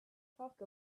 talk